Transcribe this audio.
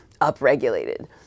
upregulated